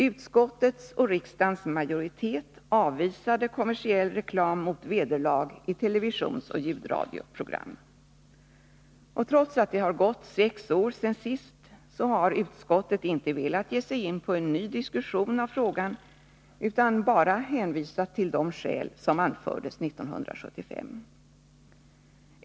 Utskottets och riksdagens majoritet avvisade kommersiell reklam mot vederlag i televisionsoch ljudradioprogram. Trots att det har gått sex år sedan sist har utskottet inte velat ge sig in på en diskussion av frågan utan bara hänvisat till de skäl som anfördes 1975.